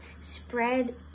spread